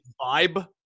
vibe